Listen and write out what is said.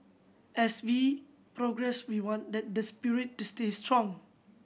as we progress we want that the spirit to stay strong